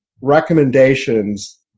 recommendations